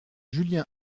julien